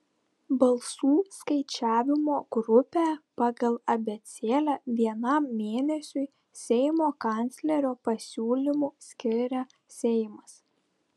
balsų skaičiavimo grupę pagal abėcėlę vienam mėnesiui seimo kanclerio pasiūlymu skiria seimas